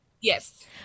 Yes